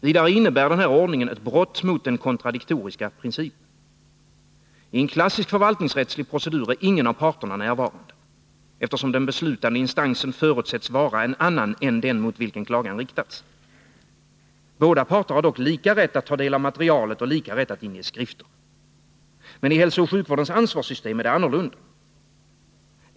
Vidare innebär denna ordning ett brott mot den kontradiktoriska principen. I en klassisk förvaltningsrättslig procedur är ingen av parterna närvarande, eftersom den beslutande instansen förutsätts vara en annan än den mot vilken klagan riktats. Båda parter har dock lika rätt att ta del av materialet och lika rätt att inge skrifter. Men i hälsooch sjukvårdens ansvarssystem är det annorlunda.